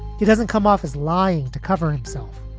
he doesn't come off as lying to cover himself.